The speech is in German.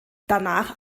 danach